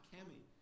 Cammy